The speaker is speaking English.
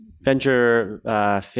venture